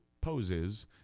poses